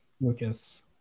Lucas